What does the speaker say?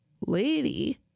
lady